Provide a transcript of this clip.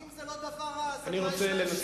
אם זה לא דבר רע, אז על מה יש להלשין?